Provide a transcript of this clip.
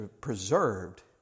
preserved